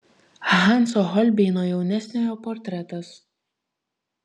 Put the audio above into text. hanso holbeino jaunesniojo portretas